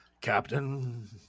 Captain